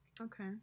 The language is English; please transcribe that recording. okay